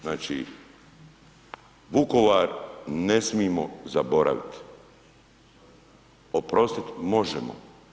Znači, Vukovar ne smijemo zaboravit, oprostit možemo.